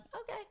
okay